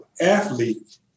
athlete